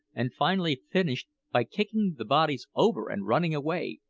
and finally finished by kicking the bodies over and running away,